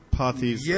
parties